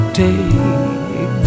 take